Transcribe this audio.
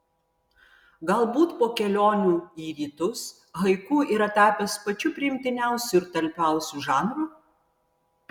galbūt po kelionių į rytus haiku yra tapęs pačiu priimtiniausiu ir talpiausiu žanru